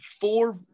four